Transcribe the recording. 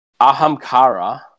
Ahamkara